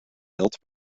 built